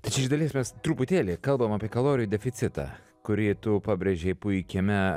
tai čia dalies mes truputėlį kalbam apie kalorijų deficitą kurį tu pabrėžei puikiame